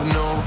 no